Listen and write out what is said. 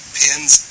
pins